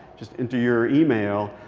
just enter your email.